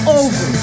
over